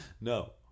No